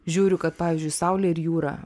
žiūriu kad pavyzdžiui saulė ir jūra